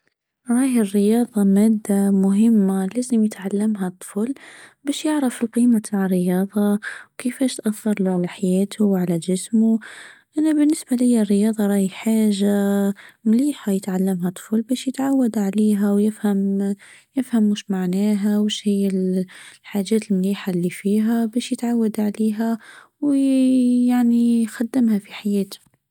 أراه الرياضة مادة مهمة لازم يتعلمها الطفل باش يعرف قيمة تاع الرياضة وكيفاش تأثرله على حياته وعلى جسمه انا بالنسبة ليا الرياضة راهي حاجة مليحة يتعلمها الطفل باش يتعود عليها ويفهم-يفهم واش معناها واش هى الحاجات المنيحة اللي فيها باش يتعود عليها ويعني يخدمها في حياتو.